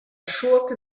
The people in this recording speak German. schurke